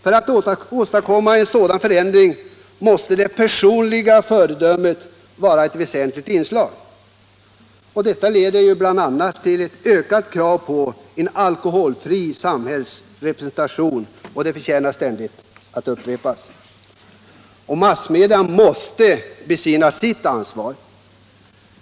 För att åstadkomma en sådan förändring är det personliga föredömet väsentligt. Detta leder bl.a. till krav på en alkoholfri samhällsrepresentation. Det förtjänar att ständigt upprepas. Massmedia måste besinna sitt ansvar.